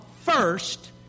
first